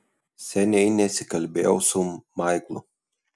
seniai nesikalbėjau su maiklu